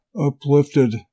uplifted